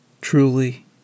truly